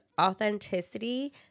authenticity